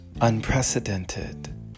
Unprecedented